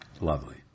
Lovely